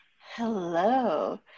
Hello